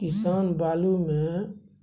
किसान बालु मे